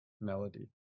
melody